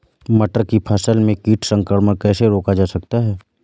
मटर की फसल में कीट संक्रमण कैसे रोका जा सकता है?